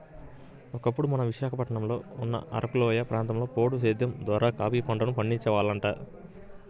ఒకప్పుడు మన విశాఖపట్నంలో ఉన్న అరకులోయ ప్రాంతంలో పోడు సేద్దెం ద్వారా కాపీ పంటను పండించే వాళ్లంట